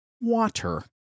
water